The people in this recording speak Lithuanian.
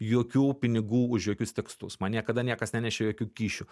jokių pinigų už jokius tekstus man niekada niekas nenešė jokių kyšių